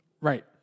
Right